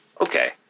Okay